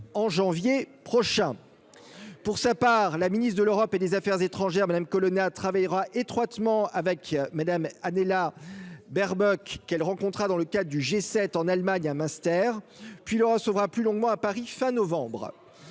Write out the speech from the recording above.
en janvier prochain, pour sa part la ministre de l'Europe et des Affaires étrangères, Madame Colonna travaillera étroitement avec mesdames annéelà barbec qu'elle rencontra dans le cas du G7 en Allemagne à Munster puis le recevra plus longuement à Paris fin novembre,